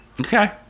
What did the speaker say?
okay